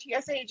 tsa